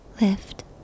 lift